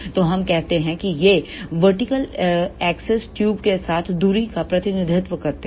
तो हम कहते हैं कि यह वर्टिकल एक्स ट्यूब के साथ दूरी का प्रतिनिधित्व करता है